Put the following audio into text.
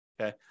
Okay